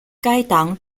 该党